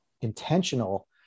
intentional